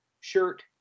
shirt